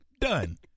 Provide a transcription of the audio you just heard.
Done